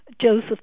Joseph